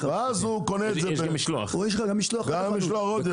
גם משלוח.